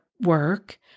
work